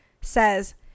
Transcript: says